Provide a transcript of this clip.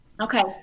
Okay